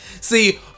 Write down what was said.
See